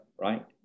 right